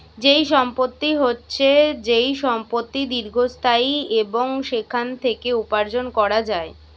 যেই সম্পত্তি হচ্ছে যেই সম্পত্তি দীর্ঘস্থায়ী এবং সেখান থেকে উপার্জন করা যায়